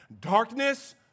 darkness